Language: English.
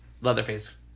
Leatherface